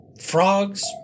Frogs